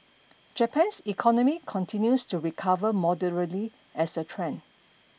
Japan's economy continues to recover moderately as a trend